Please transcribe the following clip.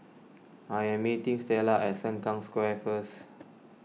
I am meeting Stella at Sengkang Square first